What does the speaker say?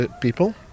people